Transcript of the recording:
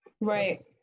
Right